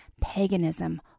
Paganism